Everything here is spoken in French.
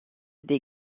des